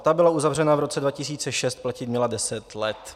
Ta byla uzavřena v roce 2006, platit měla 10 let.